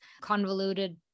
convoluted